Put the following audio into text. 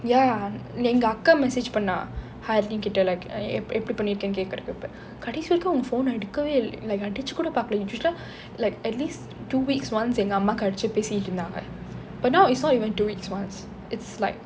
ya எங்க அக்கா:enga akka message பண்ணா ஹரினிகிட்டே எப்படி பண்ணேன்னு கேக்குறதுக்கு கடைசி வரைக்கும்:pannaa harinikitte eppadi pannennu kekkurathukku kadaisi varaikkum phone eh எடுக்கவே இல்ல அடிச்சுக்கூட பாக்கல:edukkave ille adichukooda paakale like at least two weeks once எங்க அம்மாக்கு அடிச்சு பேசிட்டிருந்தாங்க:yenga ammaakku adichu pesitirunthaanga but now it's not even two weeks once it's like